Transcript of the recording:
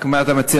רק, מה אתה מציע?